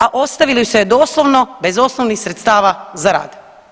A ostavili su se doslovno bez osnovnih sredstava za rad.